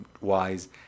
wise